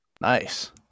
Nice